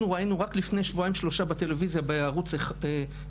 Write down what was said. אנחנו ראינו רק לפני שבועיים בטלוויזיה, בערוץ 13,